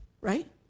Right